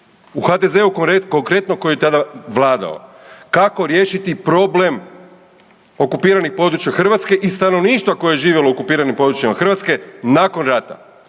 u HDZ-u konkretno koji je tada vladao. Kako riješiti problem okupiranih područja Hrvatske i stanovništva koje je živjelo u okupiranim područjima Hrvatske nakon rata?